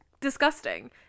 disgusting